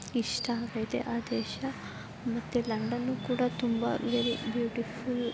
ಇಷ್ಟ ಆಗೈತೆ ಆ ದೇಶ ಮತ್ತೆ ಲಂಡನ್ನು ಕೂಡ ತುಂಬ ವೆರಿ ಬ್ಯೂಟಿಫುಲ್